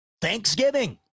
Thanksgiving